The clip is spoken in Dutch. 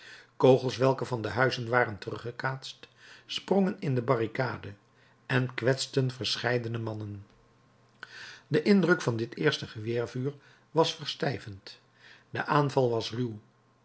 kogels welke van de huizen waren teruggekaatst sprongen in de barricade en kwetsten verscheidene mannen de indruk van dit eerste geweervuur was verstijvend de aanval was ruw